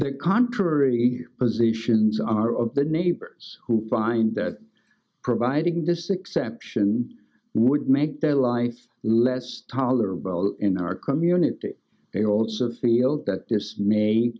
the contrary positions are of the neighbors who find that providing this exception would make their lives less tolerable in our community they also feel that this may